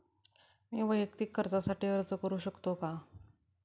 मी वैयक्तिक कर्जासाठी अर्ज करू शकतो का?